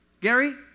Gary